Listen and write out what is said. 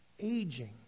aging